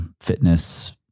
fitness